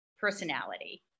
personality